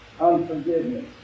Unforgiveness